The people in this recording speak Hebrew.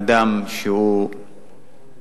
אדם שהוא באמת